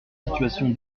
situation